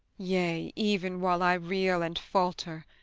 yea, even while i reel and falter,